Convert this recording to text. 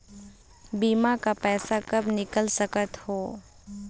बीमा का पैसा कब निकाल सकत हो?